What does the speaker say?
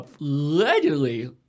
Allegedly